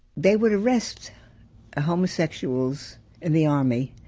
they would arrest homosexuals in the army.